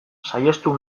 saihestu